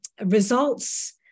results